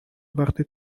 وقتی